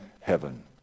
heaven